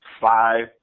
five